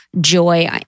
joy